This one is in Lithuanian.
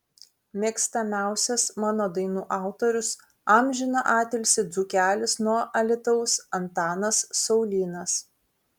mėgstamiausias mano dainų autorius amžiną atilsį dzūkelis nuo alytaus antanas saulynas